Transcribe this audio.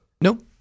Nope